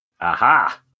Aha